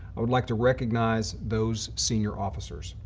i would like to recognize those senior officers.